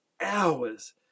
hours